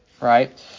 right